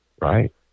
Right